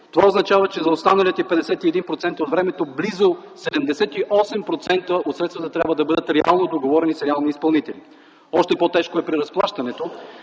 Това означава, че за останалите 51% от времето, близо 78% от средствата трябва да бъдат реално договорени с реални изпълнители. Още по-тежко е положението